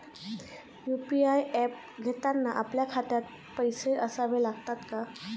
UPI app घेताना आपल्या खात्यात पैसे असावे लागतात का?